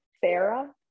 Sarah